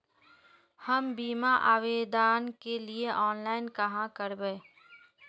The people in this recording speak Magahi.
हम बीमा आवेदान के लिए ऑनलाइन कहाँ करबे?